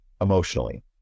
emotionally